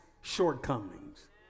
shortcomings